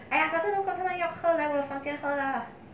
!aiya! 反正如果他们要喝来我房间喝 lah